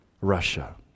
Russia